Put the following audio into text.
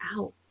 out